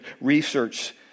Research